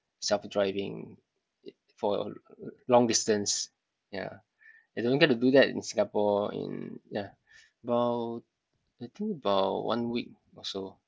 self driving for long distance yeah you don't get to do that in Singapore in yeah about I think about one week or so